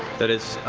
that is